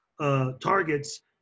targets